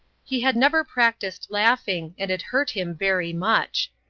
he had never practised laughing, and it hurt him very much.